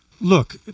look